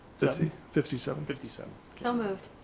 fifty fifty seven. fifty seven. so moved.